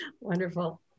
Wonderful